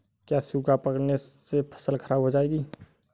क्या सूखा पड़ने से फसल खराब हो जाएगी?